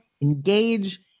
engage